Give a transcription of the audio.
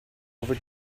over